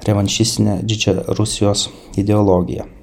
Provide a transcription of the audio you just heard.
revanšistine didžiarusijos ideologija